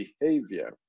behavior